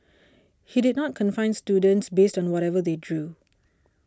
he did not confine students based on whatever they drew